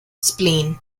spleen